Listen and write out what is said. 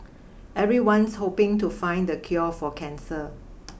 everyone's hoping to find the cure for cancer